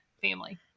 family